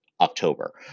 October